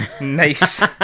Nice